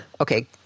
okay